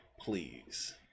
please